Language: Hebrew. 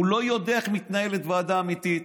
הוא לא יודע איך מתנהלת ועדה אמיתית,